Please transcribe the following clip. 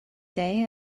day